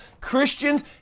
Christians